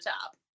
top